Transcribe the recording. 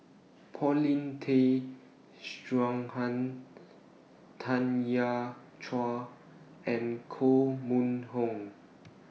Paulin Tay Straughan Tanya Chua and Koh Mun Hong